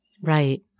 Right